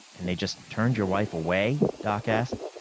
and they just turned your wife away? doc asked.